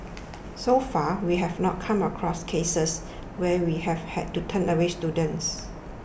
so far we have not come across cases where we have had to turn away students